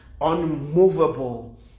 unmovable